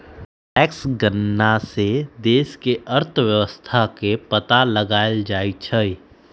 tax गणना से देश के अर्थव्यवस्था के पता लगाएल जाई छई